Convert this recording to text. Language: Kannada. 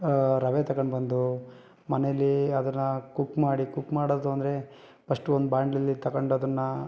ರವೆ ತಗೊಂಡು ಬಂದು ಮನೇಲಿ ಅದನ್ನು ಕುಕ್ ಮಾಡಿ ಕುಕ್ ಮಾಡೋದು ಅಂದರೆ ಫಸ್ಟ್ ಒಂದು ಬಾಣಲೆಲಿ ತಗೊಂಡು ಅದನ್ನು